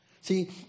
See